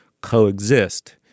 coexist